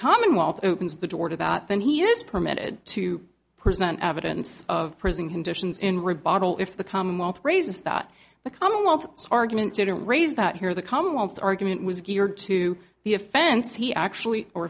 commonwealth opens the door to that then he is permitted to present evidence of prison conditions in rebuttal if the commonwealth raises that the commonwealth's argument didn't raise that here the commonwealth's argument was geared to the offense he actually or